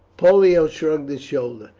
pollio shrugged his shoulders.